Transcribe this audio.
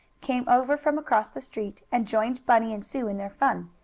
came over from across the street and joined bunny and sue in their fun.